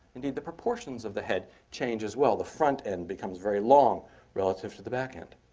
indeed, the proportions of the head change as well. the front end becomes very long relative to the back end.